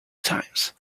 times